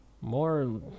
more